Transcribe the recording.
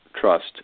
trust